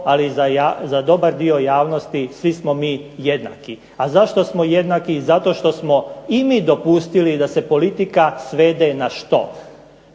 ali za dobar dio javnosti svi smo mi jednaki. A zašto smo jednaki? Zato što smo dopustili i mi da se politika svede na što.